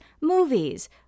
movies